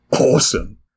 awesome